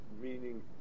meaning